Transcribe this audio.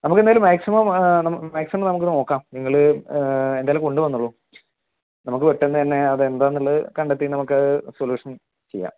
നമുക്കെന്തായാലും മാക്സിമം നമുക്ക് മാക്സിമം നമുക്ക് നോക്കാം നിങ്ങൾ എന്തായാലും കൊണ്ട് വന്നോളൂ നമുക്ക് പെട്ടെന്ന് തന്നെ അതെന്താണെന്നുള്ളത് കണ്ടെത്തി നമുക്ക് സൊല്യൂഷൻ ചെയ്യാം